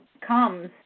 comes